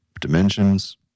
dimensions